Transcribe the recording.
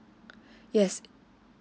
yes